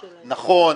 נכון,